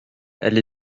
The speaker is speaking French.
elle